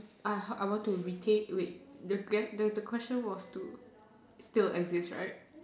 I I want to retain wait the question was to still exist right